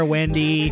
Wendy